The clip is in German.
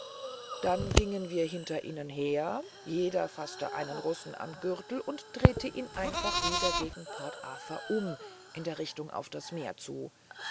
dann gingen wir hinter ihnen her jeder faßte einen russen am gürtel und drehte ihn einfach wieder gegen port arthur um in der richtung auf das meer zu